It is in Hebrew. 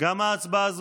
62 בעד, 12 נגד.